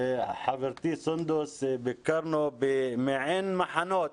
חברתי סונדוס, ביקרנו במעין מחנות